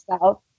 south